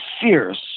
fierce